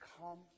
Come